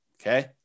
okay